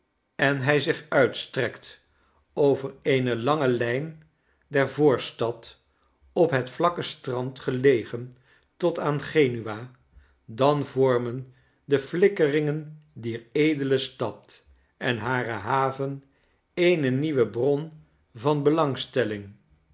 en hij zich uitstrekt over eene lange lijn der voorstad op het vlakke strand gelegen tot aan genua dan vormen de flikkeringen dier edele stad en hare haven een nieuwe bron van belangstelling